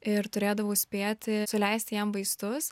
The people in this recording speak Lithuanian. ir turėdavau spėti suleisti jam vaistus